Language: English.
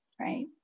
Right